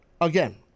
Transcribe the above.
Again